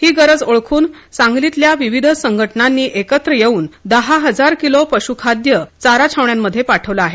ही गरज ओळखून सांगलीतल्या विविध संघटनांनी एकत्र येऊन दहा हजार किलो पशुखाद्य चारा छावण्यांमध्ये पाठवलं आहे